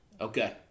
Okay